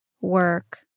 work